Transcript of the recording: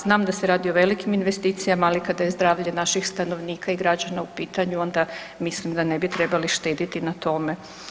Znam da se radi o velikim investicijama, ali kada je zdravlje naših stanovnika i građana u pitanju onda mislim da ne bi trebali štediti na tome.